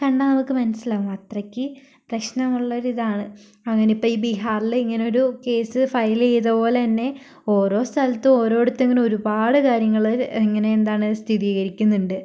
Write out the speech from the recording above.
കണ്ടാൽ നമുക്ക് മനസ്സിലാവും അത്രയ്ക്ക് പ്രശ്നമുള്ള ഒരിതാണ് അങ്ങനെ ഇപ്പോൾ ഈ ബിഹാറില് ഇങ്ങനെ ഒരു കേസ് ഫയൽ ചെയ്ത പോലെ തന്നെ ഓരോ സ്ഥലത്തും ഒരോയിടത്തും ഇങ്ങനെ ഒരുപാട് കാര്യങ്ങള് ഇങ്ങനെ എന്താണ് സ്ഥിതീകരിക്കുന്നുണ്ട്